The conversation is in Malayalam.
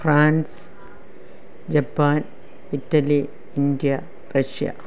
France Japan Italy India Russia